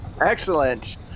Excellent